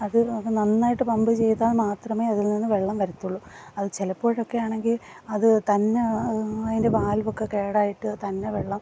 അത് അപ്പം നന്നായിട്ട് പമ്പ് ചെയ്താൽ മാത്രമേ അതിൽനിന്ന് വെള്ളം വരത്തുള്ളൂ അതും ചിലപ്പോഴൊക്കെ ആണെങ്കിൽ അതുതന്നെ അതിൻ്റെ വാൾവൊക്കെ കേടായിട്ട് തനിയെ വെള്ളം